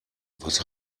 was